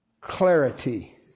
clarity